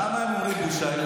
למה הם אומרים "בושה"?